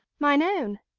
mine own?